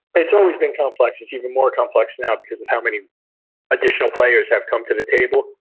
it's always been complex, it's even more complex now because and how many additional players have come to the table.